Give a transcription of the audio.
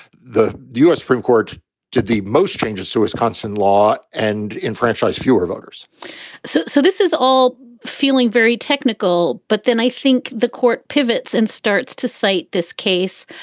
the u s. supreme court did the most changes to wisconsin law and enfranchise fewer voters so so this is all feeling very technical. but then i think the court pivots and starts to cite this case.